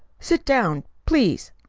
sit down, please.